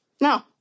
no